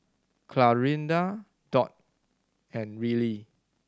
Clarinda Dot and Rillie